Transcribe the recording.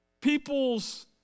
people's